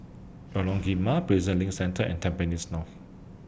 Lorong Prison LINK Centre and Tampines North